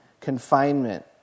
confinement